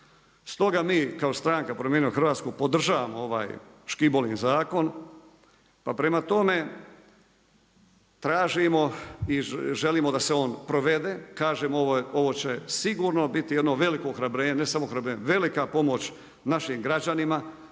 Stoga mi kao stranka Promijenio Hrvatsku podržavamo ovaj Škibolin zakon, pa prema tome, tražimo i želimo da se on provede, kaže ovo će sigurno biti jedno veliko ohrabrenje, ne samo ohrabrenje, velika pomoć našim građanima,